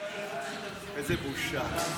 איזו בושה.